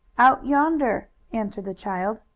out yonder, answered the child.